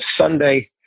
Sunday